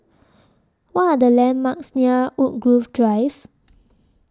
What Are The landmarks near Woodgrove Drive